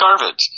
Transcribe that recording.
garbage